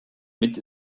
mit